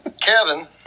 Kevin